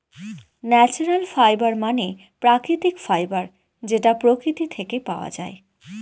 natural fibre মানে প্রাকৃতিক fibre যেটা প্রকৃতি থেকে পাওয়া যায়